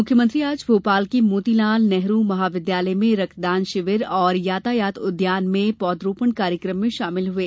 मुख्यमंत्री आज भोपाल के शासकीय शासकीय मोतीलाल नेहरू महाविद्यालय में रक्तदान शिविर और यातायात उद्यान में पौधरोपण कार्यकम में शामिल हुए